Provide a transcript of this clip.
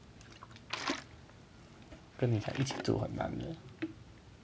跟你在一起住很难 leh